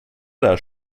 där